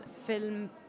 film